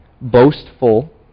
boastful